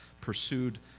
pursued